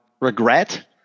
regret